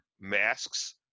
Masks